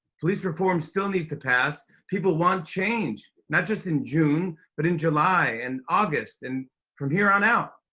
police reform still needs to pass. people want change, not just in june but in july and august and from here on out.